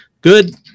good